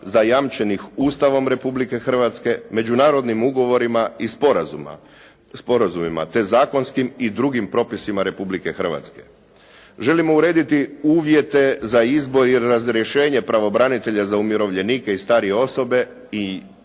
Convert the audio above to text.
zajamčenih Ustavom Republike Hrvatske, međunarodnim ugovorima i sporazumima, te zakonskim i drugim propisima Republike Hrvatske. Želimo urediti uvjete za izbor i razrješenje pravobranitelja za umirovljenike i starije osobe i njegovih